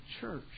church